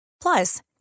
Plus